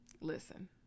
Listen